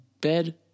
bed